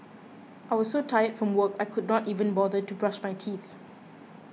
I was so tired from work I could not even bother to brush my teeth